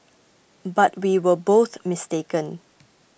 but we were both mistaken